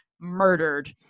murdered